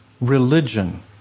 religion